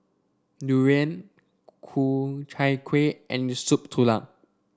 Durian Ku Chai Kuih and Soup Tulang